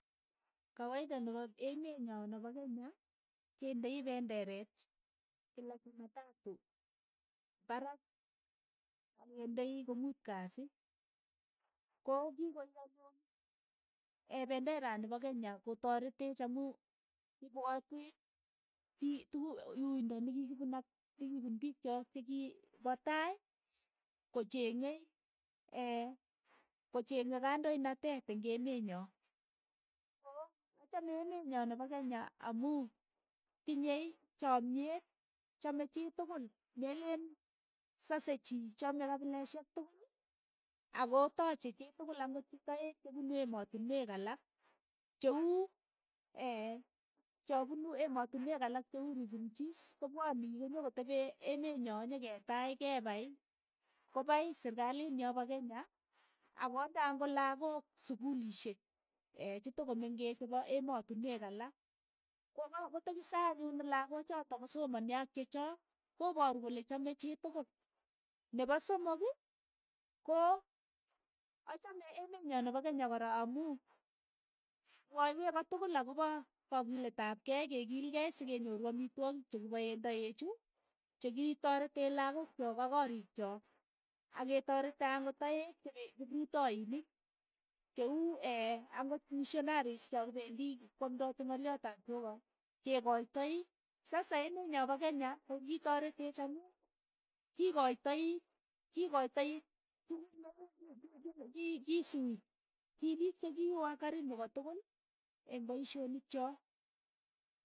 Kawaida nepo emeet nyo nepo kenya, kendei pendereet kila chumatatu parak ak kendei komuut kasi, ko kikoeek anyun e peendarani pa kenya, ko tareteech amu ipwatweech ii tuku uindo nikikipuun ak nikipuun piik cho chikipa tai kocheng'ei kocheng'ei kandoinateet eng' emenyoo, ko achame emenyo nepo kenya amu tinyei chamn'yet, chamei chii tukul, me leen saseei chii, chamei kapileshek tokol ako tache chii tukul ang'ot che toeek che punu emotinweek alak, che uu chapunu emotinweek alak che uu rifyujiis ko pwani ke nyokotepee emeet nyo nyeketaach, kepai, ko pai serikalinyoo pa kenya, ako nde ang'ot lakook sukulishek chetokomengeech che po emotinweek alak, ko ka kotepise anyun lakok chotok kosomonyo ak chechook, ko paru kole chame chitukul, ne po somok, ko achame emeet nyo nepo kenya kora, amu mwayweech kotukul ako pa kakileet ap kei kekiilkei sekenyoru amitwogiik che kipaeen taek chu, che kitoretee lakok cho ak koriik cho, ak ketaretee ang'ot taeek che pe kiprutoinik che uu ang'ot mishonaris cha pendi kwaamn'dati ng'alyoot ap cheopa ke koitioi, sasa emeenyo pa kenya ko ki toreteech amu kikoitoi kikoitoi tukuuk meleen ki- ki- kisuuik, ki piik che ki wakarimu kotukul eng' paishonik chook.